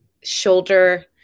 shoulder